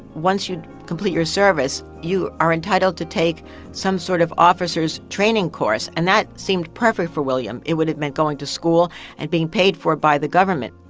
once you complete your service, you are entitled to take some sort of officers training course. and that seemed perfect for william. it would have meant going to school and being paid for by the government.